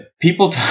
people